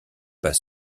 pas